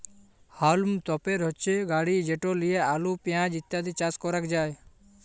হাউলম তপের হচ্যে গাড়ি যেট লিয়ে আলু, পেঁয়াজ ইত্যাদি চাস ক্যরাক যায়